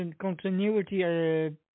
continuity